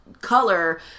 color